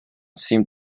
seemed